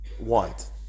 Want